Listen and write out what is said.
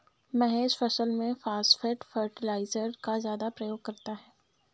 महेश फसल में phosphate fertiliser का ज्यादा प्रयोग करता है